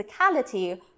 physicality